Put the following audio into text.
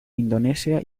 indonesia